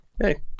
Hey